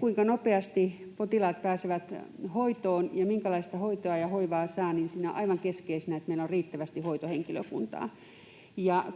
kuinka nopeasti potilaat pääsevät hoitoon ja minkälaista hoitoa ja hoivaa saa, on aivan keskeisenä, että meillä on riittävästi hoitohenkilökuntaa.